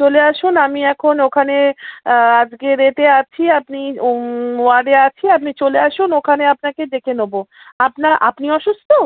চলে আসুন আমি এখন ওখানে আজকের এতে আছি আপনি ওয়ার্ডে আছি আপনি চলে আসুন ওখানে আপনাকে ডেকে নোবো আপনার আপনি অসুস্থ